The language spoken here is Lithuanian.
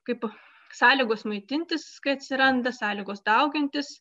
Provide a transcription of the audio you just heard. kaip sąlygos maitintis kai atsiranda sąlygos daugintis